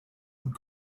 und